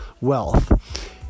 wealth